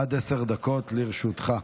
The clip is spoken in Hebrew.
עד עשר דקות לרשותך.